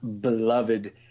beloved